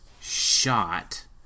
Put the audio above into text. shot